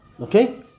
Okay